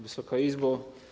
Wysoka Izbo!